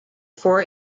four